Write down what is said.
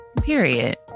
Period